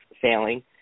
failing